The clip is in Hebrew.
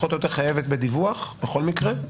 פחות או יותר חייבת בדיווח בכל מקרה.